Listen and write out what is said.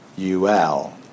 UL